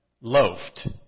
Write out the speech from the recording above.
loafed